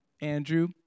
Andrew